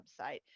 website